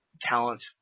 talent